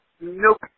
Nope